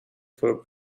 for